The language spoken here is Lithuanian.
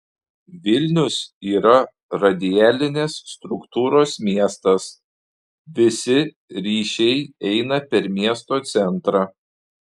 vilnius yra radialinės struktūros miestas visi ryšiai eina per miesto centrą